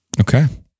Okay